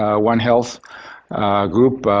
ah one health group,